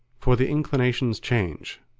for the inclinations change,